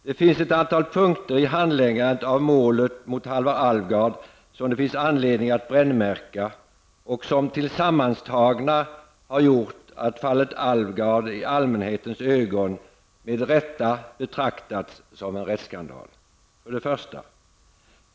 Det finns ett antal punkter i handläggandet av målet mot Halvar Alvgard som det finns anledning att brännmärka och som tillsammantagna har gjort att fallet Alvgard i allmänhetens ögon med rätta betraktats som en rättsskandal.